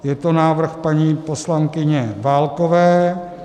Je to návrh paní poslankyně Válkové.